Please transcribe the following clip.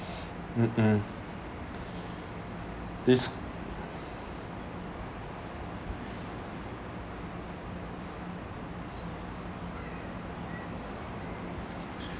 mmhmm